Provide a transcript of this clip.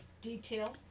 detail